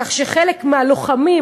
כך שחלק מהלוחמים,